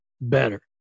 better